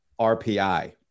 RPI